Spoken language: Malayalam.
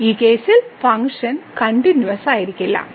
ഈ കേസിൽ ഫംഗ്ഷൻ കണ്ടിന്യൂവസ്സായിരിക്കില്ല